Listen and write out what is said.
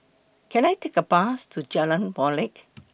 Can I Take A Bus to Jalan Molek